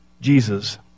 Jesus